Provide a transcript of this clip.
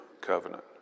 covenant